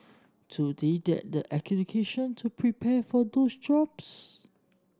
do they get the education to prepare for those jobs